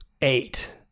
eight